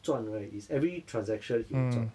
赚 right is every transaction he will 赚